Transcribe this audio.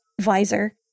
visor